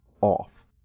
off